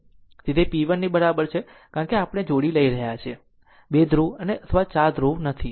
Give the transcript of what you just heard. તેથી તે p 1 ની બરાબર છે કારણ કે આપણે જોડી લઈ રહ્યા છીએ 2 2 ધ્રુવ અથવા 4 ધ્રુવ નહીં